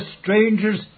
strangers